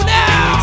now